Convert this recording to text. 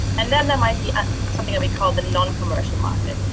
and then there might be something that we call the non-commercial market.